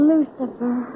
Lucifer